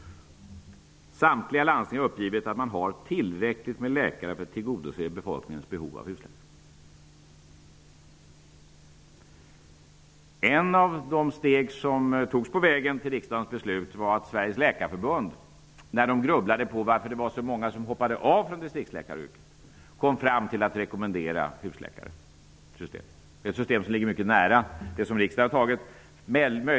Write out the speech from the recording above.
Samtliga landsting har uppgivit att man har tillräckligt med läkare för att tillgodose befolkningens behov av husläkare. Ett av de steg som togs på vägen till riksdagens beslut var att Sveriges läkarförbund, när man grubblade över varför så många hoppade av distriktsläkaryrket, kom fram till att man skulle rekommendera ett husläkarsystem. Det systemet ligger mycket nära det som riksdagen har fattat beslut om.